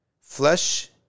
flesh